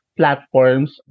platforms